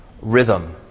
rhythm